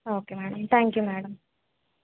okay madam thank you madam